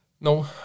no